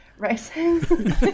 racing